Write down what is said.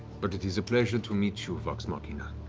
but it is a pleasure to meet you, vox machina.